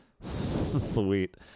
Sweet